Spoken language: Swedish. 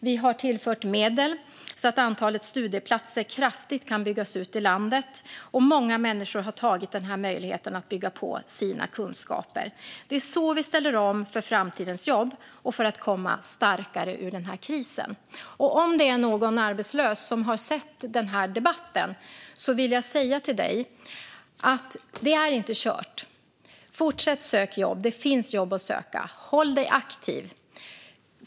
Vi har tillfört medel så att antalet studieplatser i landet kraftigt kan byggas ut, och många människor har tagit denna möjlighet att bygga på sina kunskaper. Det är så vi ställer om för framtidens jobb och för att komma starkare ur den här krisen. Om det är någon arbetslös som har sett denna debatt vill jag säga till dig att det inte är kört. Fortsätt att söka jobb; det finns jobb att söka. Håll dig aktiv!